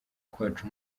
kwacu